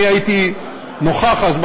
אני הייתי נוכח אז,